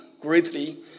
greatly